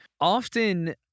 Often